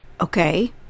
Okay